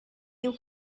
you